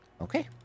okay